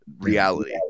reality